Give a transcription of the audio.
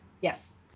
Yes